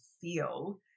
feel